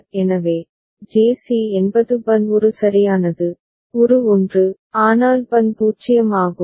எனவே JC என்பது Bn ஒரு சரியானது ஒரு 1 ஆனால் Bn 0 ஆகும்